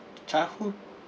childhood